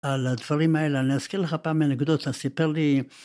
‫על הדברים האלה. ‫אני אזכיר לך פעם אנקדוטה, סיפר לי...